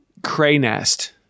Craynest